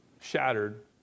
shattered